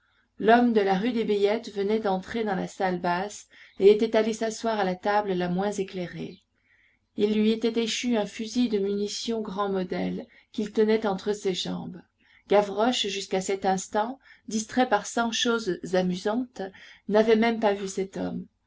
l'homme de la rue des billettes venait d'entrer dans la salle basse et était allé s'asseoir à la table la moins éclairée il lui était échu un fusil de munition grand modèle qu'il tenait entre ses jambes gavroche jusqu'à cet instant distrait par cent choses amusantes n'avait pas même vu cet homme